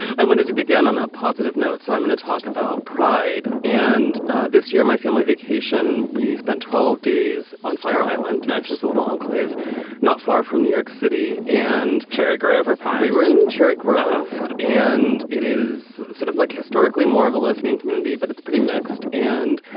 i wanted to begin on a positive note so i'm going to talk about pride. and ah this year my family vacation. we spent twelve days on fire island tonight just a little enclave not far from new york city and cherry grove. um we were in cherry grove and it is sort of like historically more of a lesbian community but it's pretty mixed. and